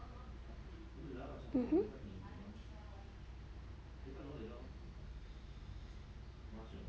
mmhmm